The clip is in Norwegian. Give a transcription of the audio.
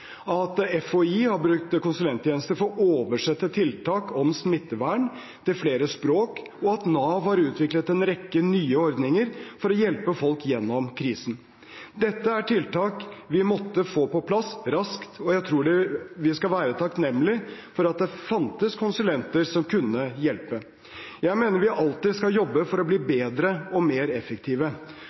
at FHI har brukt konsulenttjenester for å oversette tiltak om smittevern til flere språk, og at Nav har utviklet en rekke nye ordninger for å hjelpe folk gjennom krisen. Dette er tiltak vi måtte få på plass raskt, og jeg tror vi skal være takknemlige for at det fantes konsulenter som kunne hjelpe. Jeg mener vi alltid skal jobbe for å bli bedre og mer effektive.